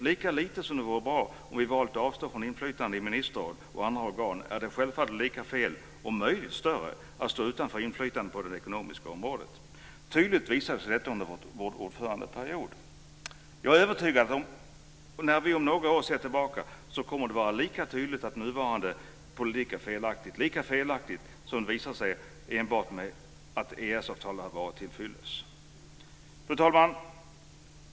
Lika lite som det vore bra om vi valt att avstå från inflytande i ministerråd och andra organ vore det bra om vi står utanför inflytande på det ekonomiska området. Tydligt visar sig detta under vår ordförandeperiod. Jag är övertygad om att det kommer att vara tydligt att den nuvarande politiken är felaktig när vi ser tillbaka om några år. Att påstå något annat är lika felaktigt som att påstå att enbart EES-avtal hade varit tillfyllest. Fru talman!